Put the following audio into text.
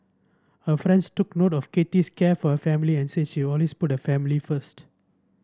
her friends took note of Kathy's care for her family and said she always put her family first